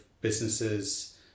businesses